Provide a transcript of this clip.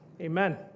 amen